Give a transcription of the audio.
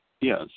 Yes